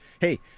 Hey